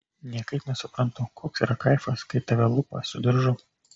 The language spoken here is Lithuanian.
niekaip nesuprantu koks yra kaifas kai tave lupa su diržu